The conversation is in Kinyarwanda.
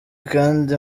kandi